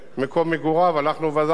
הלכנו ועזרנו לבית-חנינא,